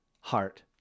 Heart